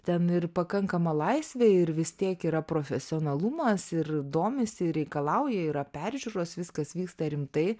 ten ir pakankama laisvė ir vis tiek yra profesionalumas ir domisi reikalauja yra peržiūros viskas vyksta rimtai